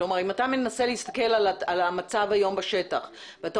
אם אתה מסתכל על המצב היום בשטח ואתה